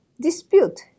dispute